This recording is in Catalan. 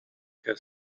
que